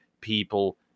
people